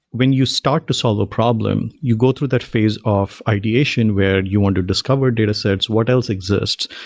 when you start to solve a problem, you go through that phase of ideation where you want to discover datasets. what else exists?